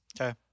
Okay